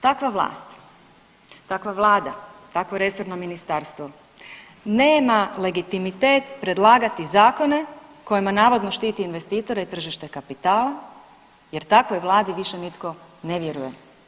Takva vlast, takva vlada, takvo resorno ministarstvo nema legitimitet predlagati zakone kojima navodno štiti investitore i tržište kapitala jer takvoj vladi više nitko ne vjeruje.